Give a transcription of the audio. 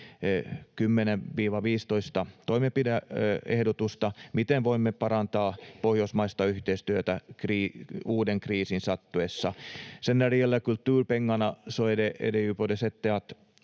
10—15 toimenpide-ehdotusta, miten voimme parantaa pohjoismaista yhteistyötä uuden kriisin sattuessa. När det gäller kulturpengarna så är det